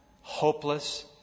hopeless